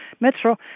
Metro